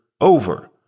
over